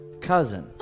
cousin